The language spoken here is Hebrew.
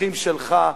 התומכים שלך,